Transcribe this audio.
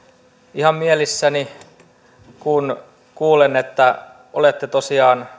ihan mielissäni kun kuulen että olette tosiaan